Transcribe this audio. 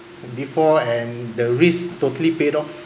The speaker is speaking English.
before and the risk totally paid off